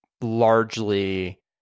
largely